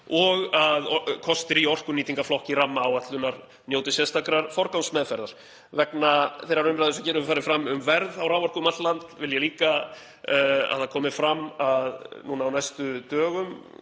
og að kostir í orkunýtingarflokki rammaáætlunar njóti sérstakrar forgangsmeðferðar. Vegna þeirrar umræðu sem hér hefur farið fram um verð á raforku um allt land þá vil ég líka að það komi fram að nú á næstu dögum